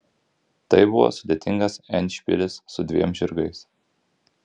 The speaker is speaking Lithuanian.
tai buvo sudėtingas endšpilis su dviem žirgais